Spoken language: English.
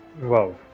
Wow